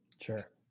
Sure